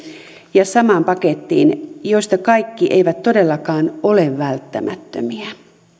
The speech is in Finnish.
ja samaan pakettiin eri asioita joista kaikki eivät todellakaan ole välttämättömiä